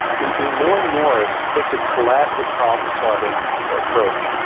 we we more and more take this collaborative problem solving approach,